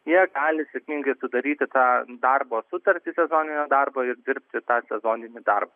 jie gali sėkmingai sudaryti tą darbo sutartį sezoninio darbo ir dirbti tą sezoninį darbą